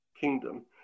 kingdom